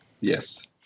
Yes